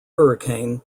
hurricane